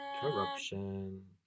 Corruption